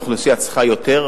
האוכלוסייה צריכה יותר,